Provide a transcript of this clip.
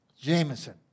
Jameson